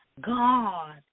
God